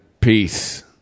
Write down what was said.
Peace